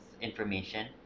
information